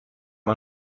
man